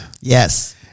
Yes